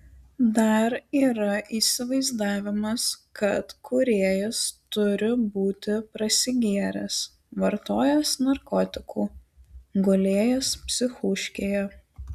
dar yra įsivaizdavimas kad kūrėjas turi būti prasigėręs vartojęs narkotikų gulėjęs psichūškėje